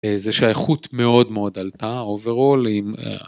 איזה שהאיכות מאוד מאוד עלתה אוברול אם